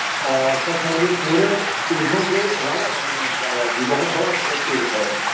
और सब समझिए पूरे तीर्थों के राजा कहे गए हैं प्रयागराज जी बहुत बड़ा मतलब तीर्थ है